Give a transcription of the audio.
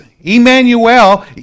Emmanuel